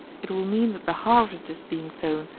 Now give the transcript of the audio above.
it will mean that the harvest is being sown,